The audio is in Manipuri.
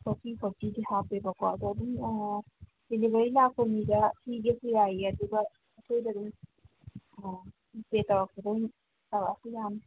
ꯐꯣꯔꯇꯤ ꯐꯣꯔꯇꯤꯗꯤ ꯍꯥꯞꯄꯦꯕꯀꯣ ꯑꯗꯣ ꯑꯗꯨꯝ ꯗꯤꯂꯤꯚꯔꯤ ꯂꯥꯛꯄ ꯃꯤꯗ ꯄꯤꯒꯦꯁꯨ ꯌꯥꯏꯌꯦ ꯑꯗꯨꯒ ꯑꯩꯈꯣꯏꯗ ꯑꯗꯨꯝ ꯖꯤꯄꯦ ꯇꯧꯔꯛꯄ ꯑꯗꯨꯝ ꯇꯧꯔꯛꯑꯁꯨ ꯌꯥꯅꯤ